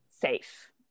safe